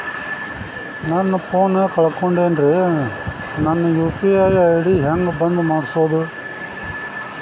ನನ್ನ ಫೋನ್ ಕಳಕೊಂಡೆನ್ರೇ ನನ್ ಯು.ಪಿ.ಐ ಐ.ಡಿ ಹೆಂಗ್ ಬಂದ್ ಮಾಡ್ಸೋದು?